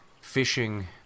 fishing